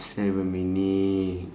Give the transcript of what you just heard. seven minute